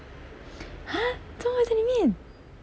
!huh! 做么会在里面